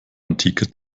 antikes